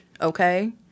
okay